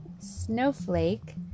Snowflake